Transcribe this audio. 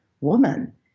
woman